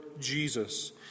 Jesus